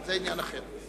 זה עניין אחר.